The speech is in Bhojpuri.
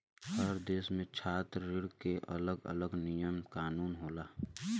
हर देस में छात्र ऋण के अलग अलग नियम कानून होला